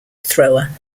thrower